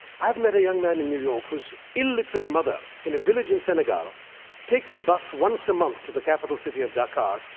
i've met a young man in new york whose illiterate mother in a village in senegal takes a bus once a month to the capital city of dakar,